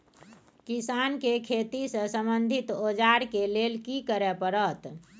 किसान के खेती से संबंधित औजार के लेल की करय परत?